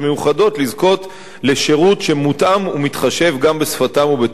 לזכות לשירות שמותאם ומתחשב גם בשפתם ותרבותם.